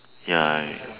ya